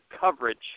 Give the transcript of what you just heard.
coverage